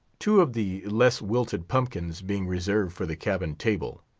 two of the less wilted pumpkins being reserved for the cabin table,